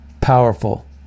powerful